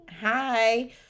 Hi